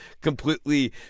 completely